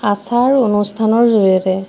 আচাৰ অনুষ্ঠানৰ জৰিয়তে